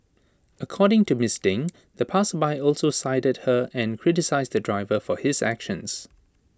according to miss Deng the passersby also sided her and criticised the driver for his actions